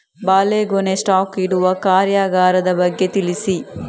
ಬಾಳೆಗೊನೆ ಸ್ಟಾಕ್ ಇಡುವ ಕಾರ್ಯಗಾರದ ಬಗ್ಗೆ ತಿಳಿಸಿ